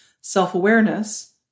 self-awareness